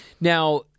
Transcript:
Now